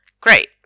Great